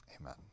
amen